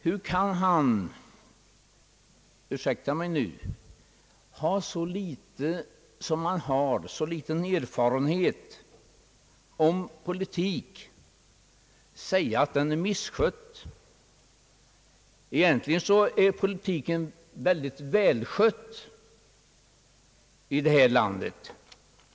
Hur kan herr Ahlmark som har så ringa erfarenhet av politik — ursäkta mig — säga att den är misskött? Jag skulle vilja påstå att politiken är mycket välskött här i landet.